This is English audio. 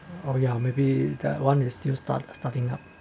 oh yeah maybe that one is still start starting up